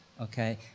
okay